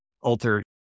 alter